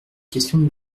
questions